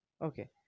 Okay